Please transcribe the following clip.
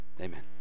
amen